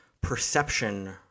perception